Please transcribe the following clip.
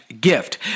gift